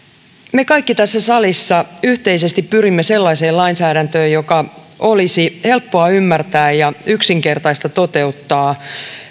me kaikki tässä salissa yhteisesti pyrimme sellaiseen lainsäädäntöön joka olisi helppoa ymmärtää ja yksinkertaista toteuttaa